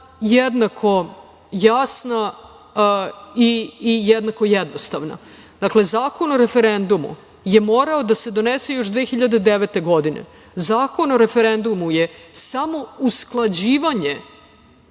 jednako jasna i jednako jednostavna. Zakon o referendumu je morao da se donese još 2009. godine. Zakon o referendumu je samo usklađivanje